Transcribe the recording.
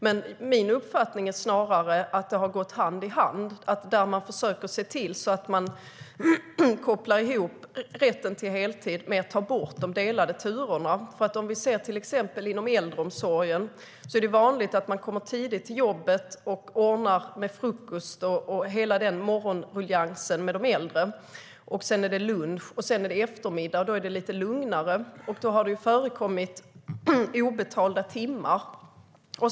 Men min uppfattning är snarare att det har gått hand i hand - man har försökt koppla ihop rätten till heltid med att ta bort de delade turerna. Inom till exempel äldreomsorgen är det vanligt att man kommer tidigt till jobbet och ordnar med frukost och morgonruljangsen med de äldre. Sedan är det lunch. På eftermiddagen är det lite lugnare, och då har det förekommit obetalda timmar.